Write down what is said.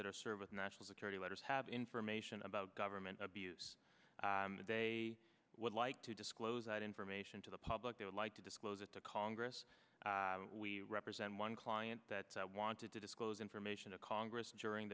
that are service national security letters have information about government s they would like to disclose that information to the public they would like to disclose it to congress we represent one client that wanted to disclose information to congress during